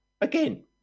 again